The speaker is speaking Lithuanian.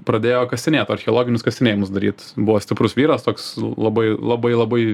pradėjo kasinėt archeologinius kasinėjimus daryt buvo stiprus vyras toks labai labai labai